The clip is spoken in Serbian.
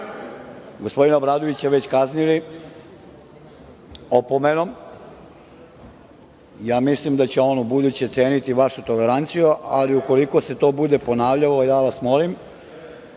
gospodina Obradovića već kaznili opomenom, ja mislim da će on ubuduće ceniti vašu toleranciju. Ali, ukoliko se to bude ponavljalo, molim